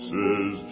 Says